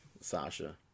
Sasha